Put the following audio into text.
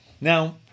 Now